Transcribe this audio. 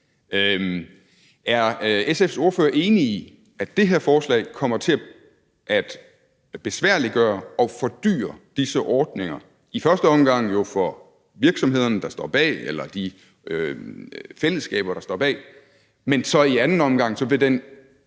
Er SF's ordfører enig i, at det her forslag kommer til at besværliggøre og fordyre disse ordninger? Det gør det i første omgang for de virksomheder eller for de fællesskaber, der står bag, men i anden omgang vil den